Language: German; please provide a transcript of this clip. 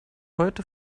heute